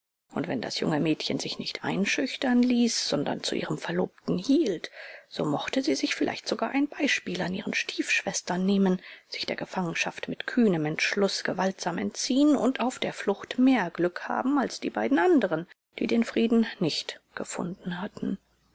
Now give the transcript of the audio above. und wenn das junge mädchen sich nicht einschüchtern ließ sondern zu ihrem verlobten hielt so mochte sie sich vielleicht sogar ein beispiel an ihren stiefschwestern nehmen sich der gefangenschaft mit kühnem entschluß gewaltsam entziehen und auf der flucht mehr glück haben als die beiden anderen die den frieden nicht gefunden hatten